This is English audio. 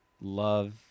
love